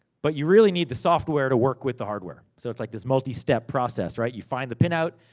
but you really need the software to work with the hardware. so, it's like this multi-step process, right? you find the pin-out,